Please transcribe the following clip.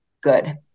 good